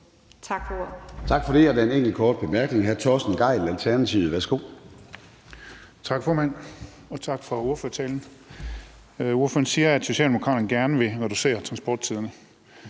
Tak for det.